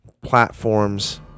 platforms